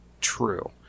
true